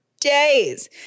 days